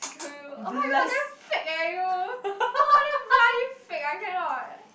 screw you oh-my-god damn fake eh you !wah! damn bloody fake I cannot